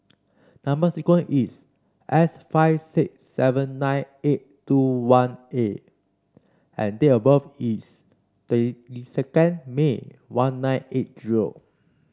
number sequence is S five six seven nine eight two one A and date of birth is twenty second May one nine eight zero